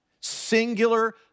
singular